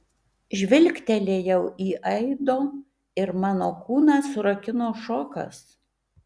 žvilgtelėjau į aido ir mano kūną surakino šokas